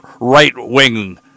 right-wing